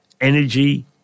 energy